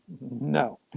No